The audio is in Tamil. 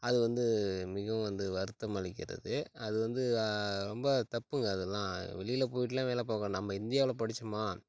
அது வந்து மிகவும் வந்து வருத்தம் அளிக்கிறது அது வந்து ரொம்ப தப்புங்க அதலாம் வெளியில் போய்ட்டுலாம் வேலை பார்க்க வேணாம் நம்ம இந்தியாவில் படித்தோமா